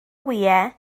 wyau